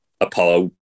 Apollo